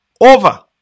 over